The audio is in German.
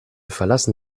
verlassen